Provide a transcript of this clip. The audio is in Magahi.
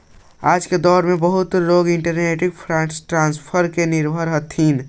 आज के दौर में बहुत से लोग इलेक्ट्रॉनिक फंड ट्रांसफर पर निर्भर हथीन